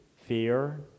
fear